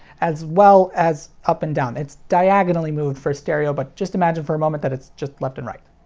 as well as up and down. it's diagonally moved for stereo, but just imagine for a moment that it's just left and right.